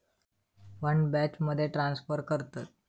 fund बॅचमध्ये transfer करतत